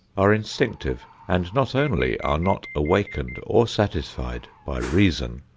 are instinctive and not only are not awakened or satisfied by reason,